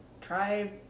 try